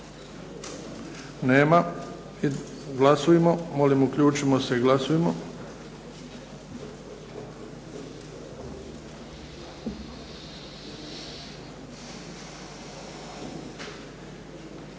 Nema. Glasujmo. Molim uključimo se i glasujmo.